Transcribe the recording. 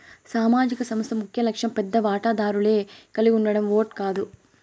సామాజిక సంస్థ ముఖ్యలక్ష్యం పెద్ద వాటాదారులే కలిగుండడం ఓట్ కాదు